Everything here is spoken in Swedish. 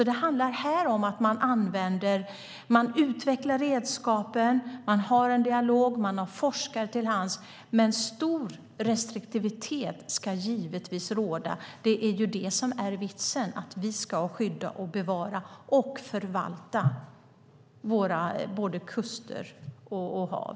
Det handlar här om att man utvecklar redskapen, man har en dialog och man har forskare till hands. Men stor restriktivitet ska givetvis råda. Vitsen är ju att vi ska skydda, bevara och förvalta både kuster och hav.